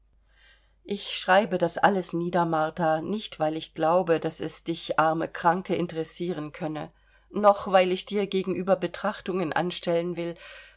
ich schreibe das alles nieder martha nicht weil ich glaube daß es dich arme kranke interessieren könne noch weil ich dir gegenüber betrachtungen anstellen will